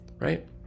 right